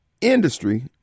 industry